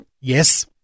Yes